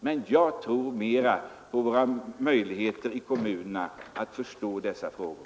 Men jag förlitar mig på att kommunerna skall förstå dessa frågor.